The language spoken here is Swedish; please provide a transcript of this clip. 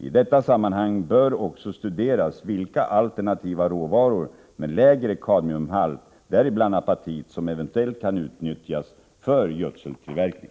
I detta sammanhang bör också studeras vilka alternativa råvaror med lägre kadmiumhalt, däribland apatit, som eventuellt kan utnyttjas för gödseltillverkning.